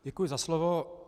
Děkuji za slovo.